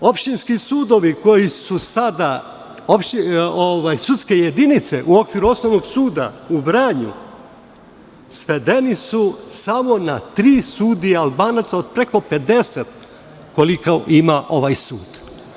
Trenutno opštinski sudovi koji su sada sudske jedinice u okviru Osnovnog suda u Vranju svedeni su samo na tri sudije Albanaca od preko 50 koliko ima ovaj sud.